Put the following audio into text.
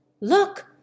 Look